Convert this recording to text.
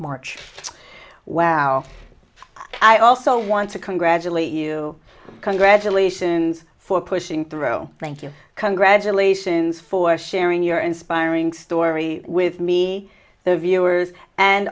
march wow i also want to congratulate you congratulations for pushing through thank you congratulations for sharing your inspiring story with me the viewers and